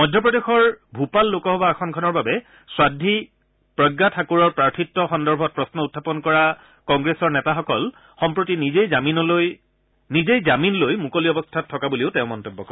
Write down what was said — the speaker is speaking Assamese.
মধ্যপ্ৰদেশৰ ভূপাল লোকসভা আসনখনৰ বাবে সাধবী প্ৰজ্ঞা ঠাকুৰৰ প্ৰাৰ্থিত্ব সন্দৰ্ভত প্ৰশ্ন উখাপন কৰা কংগ্ৰেছৰ নেতাসকল সম্প্ৰতি নিজেই জামিনলৈ মুকলি অৱস্থাত বুলিও তেওঁ মন্তব্য কৰে